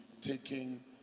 taking